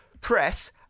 press